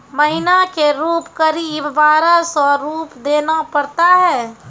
महीना के रूप क़रीब बारह सौ रु देना पड़ता है?